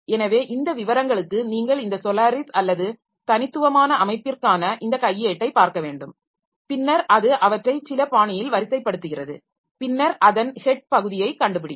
எனவே இந்த விவரங்களுக்கு நீங்கள் இந்த சோலாரிஸ் அல்லது தனித்துவமான அமைப்பிற்கான இந்த கையேட்டைப் பார்க்க வேண்டும் பின்னர் அது அவற்றை சில பாணியில் வரிசைப்படுத்துகிறது பின்னர் அதன் ஹெட் பகுதியைக் கண்டுபிடிக்கும்